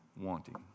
wanting